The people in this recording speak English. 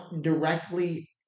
directly